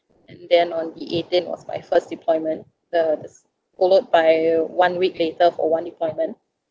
and then on the eighteenth was my first deployment the the followed by one week later for one deployment